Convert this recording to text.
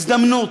הזדמנות.